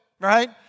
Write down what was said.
right